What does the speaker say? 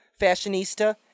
fashionista